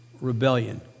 rebellion